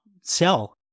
sell